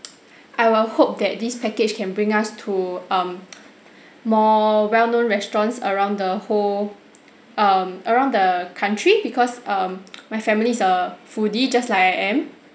I will hope that this package can bring us to um more well known restaurants around the whole um around the country because um my family's a foodie just like I am